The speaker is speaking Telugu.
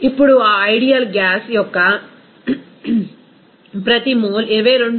ఇప్పుడు ఆ ఐడియల్ గ్యాస్ యొక్క ప్రతి మోల్ 22